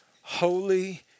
holy